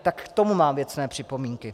Tak k tomu mám věcné připomínky.